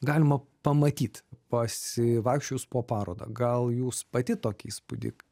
galima pamatyt pasivaikščiojus po parodą gal jūs pati tokį įspūdį